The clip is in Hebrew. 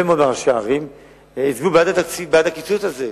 מאוד ראשי ערים הצביעו בעד הקיצוץ הזה.